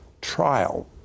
trial